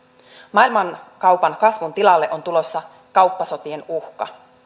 maailmankaupan kasvun tilalle on tulossa kauppasotien uhka